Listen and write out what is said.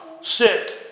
sit